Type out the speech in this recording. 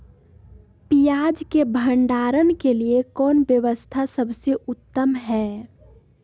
पियाज़ के भंडारण के लिए कौन व्यवस्था सबसे उत्तम है?